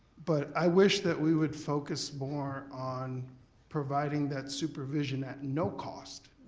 but i wish that we would focus more on providing that supervision at no cost,